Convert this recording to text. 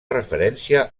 referència